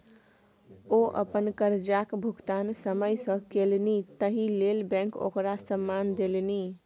ओ अपन करजाक भुगतान समय सँ केलनि ताहि लेल बैंक ओकरा सम्मान देलनि